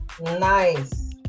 Nice